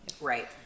right